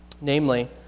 Namely